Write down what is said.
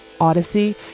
Odyssey